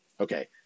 Okay